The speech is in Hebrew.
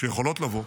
שיכולות לבוא,